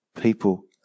people